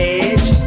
edge